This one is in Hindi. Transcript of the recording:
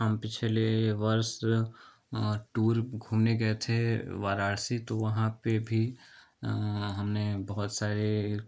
हम पिछले वर्ष टूर घूमने गए थे वाराणसी तो वहाँ पर भी हमने बहुत सारे